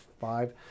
five